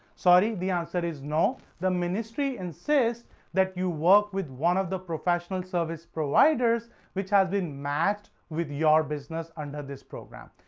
sorry, the answer is no. the ministry insists that you work with one of the professional service providers which has been matched with your businesses under this program.